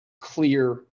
clear